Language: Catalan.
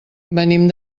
venim